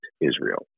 Israel